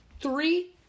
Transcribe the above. three